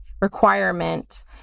requirement